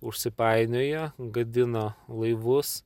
užsipainioja gadina laivus